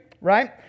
right